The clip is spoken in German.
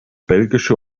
belgische